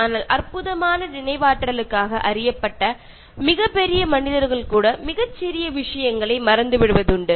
ஆனால் அற்புதமான நினைவாற்றலுக்காக அறியப்பட்ட மிகப் பெரிய மனிதர்கள் கூட மிகச் சிறிய விஷயங்களை மறந்து விடுவது உண்டு